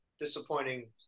disappointing